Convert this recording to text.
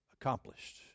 accomplished